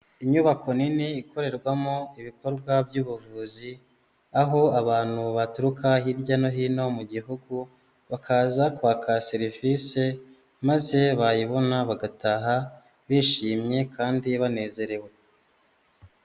Inyubako nini ikorerwamo ibikorwa by'ubuvuzi, aho abantu baturuka hirya no hino mu gihugu, bakaza kwaka serivise, maze bayibona bagataha bishimye, kandi banezerewe.